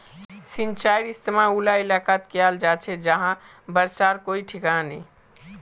सिंचाईर इस्तेमाल उला इलाकात कियाल जा छे जहां बर्षार कोई ठिकाना नी